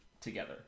together